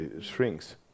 shrinks